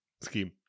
Scheme